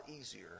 easier